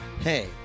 Hey